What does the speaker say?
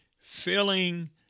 filling